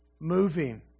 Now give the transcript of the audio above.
moving